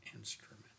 instrument